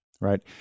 Right